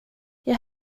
jag